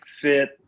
fit